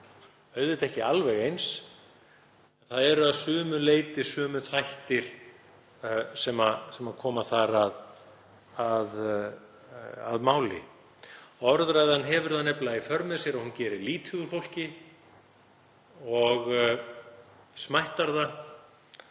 auðvitað ekki alveg eins en það eru að sumu leyti sömu þættir sem koma þar að máli. Orðræðan hefur það nefnilega í för með sér að hún gerir lítið úr fólki og smættar það.